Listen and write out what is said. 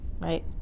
right